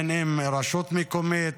רשות מקומית.